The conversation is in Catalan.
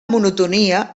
monotonia